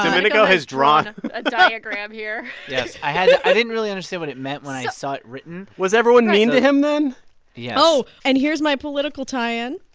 domenico has drawn a diagram here yes. i didn't really understand what it meant when i saw it written was everyone mean to him then? yes oh, and here's my political tie-in.